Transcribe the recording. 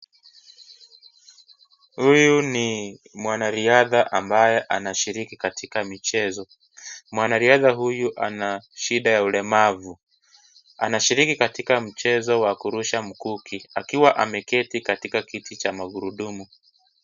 Huyu ni mwanariadha ambaye anashiriki katika michezo. Mwanariadha huyu, ana shida ya ulemavu. Anashiriki katika mchezo wa kurusha mkuki, akiwa ameketi katika kiti cha magurudumu.